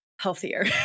healthier